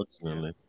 Unfortunately